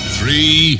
Three